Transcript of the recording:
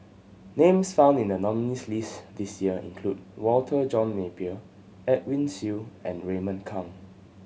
names found in the nominees' list this year include Walter John Napier Edwin Siew and Raymond Kang